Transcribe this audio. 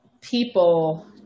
people